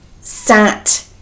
sat